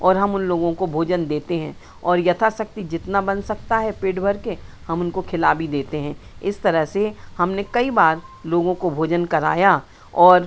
और हम उन लोगों को भोजन देते हैं और यथाशक्ति जितना बन सकता है पेट भर के हम उनको खिला भी देते हैं इस तरह से हमने कई बार लोगों को भोजन कराया और